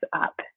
up